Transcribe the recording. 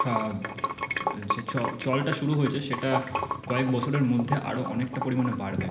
যে চলটা শুরু হয়েছে সেটা কয়েক বছরের মধ্যে আরও অনেকটা পরিমাণে বাড়বে